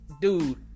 Dude